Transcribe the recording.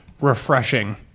refreshing